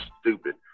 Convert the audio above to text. stupid